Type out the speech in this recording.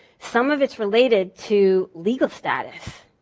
some of it's related to legal status.